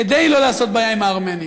כדי שלא לעשות בעיה עם הארמנים.